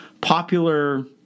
popular